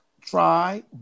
Try